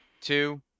two